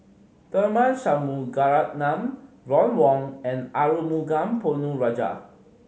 Tharman Shanmugaratnam Ron Wong and Arumugam Ponnu Rajah